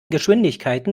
geschwindigkeiten